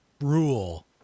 rule